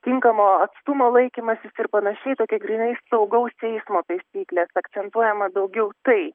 tinkamo atstumo laikymasis ir panašiai tokie grynai saugaus eismo taisyklės akcentuojama daugiau tai